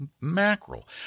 mackerel